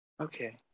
Okay